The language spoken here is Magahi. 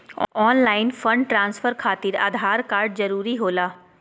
ऑनलाइन फंड ट्रांसफर खातिर आधार कार्ड जरूरी होला?